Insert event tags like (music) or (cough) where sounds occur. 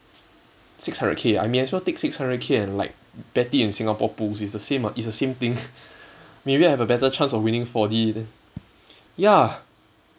six hundred K I may as well take six hundred K and like bet it in singapore pools it's the same [what] it's the same thing (laughs) maybe I have a better chance of winning four D ya